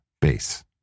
base